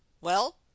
Well